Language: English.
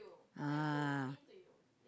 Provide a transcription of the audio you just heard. ah